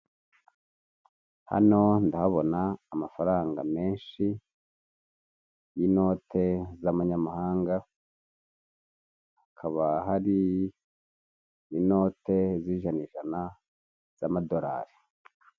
Hano ndahabona amafaranga menshi y'inote z'abanyamahanga, hakaba hari inote z'ijana ijana z' amadolari.